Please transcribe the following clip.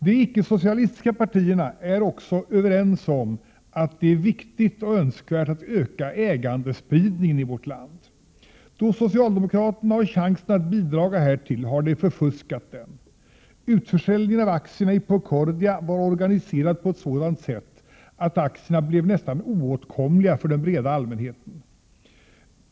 De icke-socialistiska partierna är också överens om att det är viktigt och önskvärt att öka ägandespridningen i vårt land. Då socialdemokraterna har chansen att bidra härtill har de förfuskat den. Utförsäljningen av aktierna i Procordia var organiserad på ett sådant sätt att aktierna blev nästa oåtkomliga för den breda allmänheten.